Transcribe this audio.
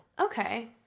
okay